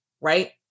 right